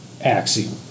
axiom